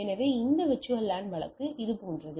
எனவே இந்த VLAN வழக்கு இதுபோன்றது